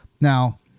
Now